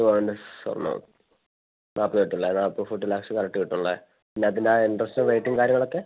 പത്ത് പവൻ്റെ സ്വർണ്ണം നാല്പത്തിയെട്ട് അല്ലേ നാൽപത് ഫോർട്ടി ലാക്സ് കറക്റ്റ് കിട്ടുവല്ലേ ഇതിനകത്ത് പിന്നെ ഇൻ്ററസ്റ്റും റേറ്റും കാര്യങ്ങളൊക്കെ